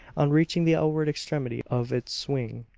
on reaching the outward extremity of its swing,